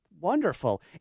Wonderful